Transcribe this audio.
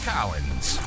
Collins